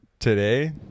Today